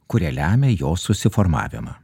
kurie lemia jo susiformavimą